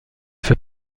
fait